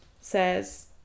says